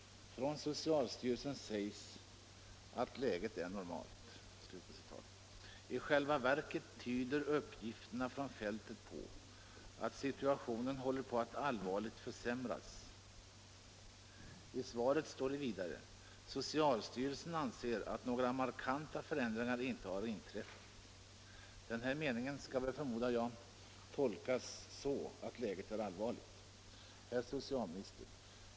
So cialstyrelsens representanter säger att läget är normalt. I själva verket tyder uppgifterna från fältet på att situationen håller på att kraftigt försämras.” I interpellationssvaret heter det: ”Styrelsen anser att några markanta förändringar inte har inträffat.” Den meningen skall väl, förmodar jag, tolkas så att läget är allvarligt. Herr socialminister!